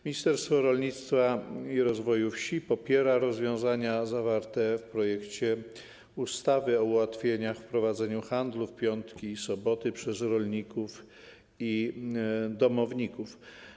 Ministerstwo Rolnictwa i Rozwoju Wsi popiera rozwiązania zawarte w projekcie ustawy o ułatwieniach w prowadzeniu handlu w piątki i soboty przez rolników i ich domowników.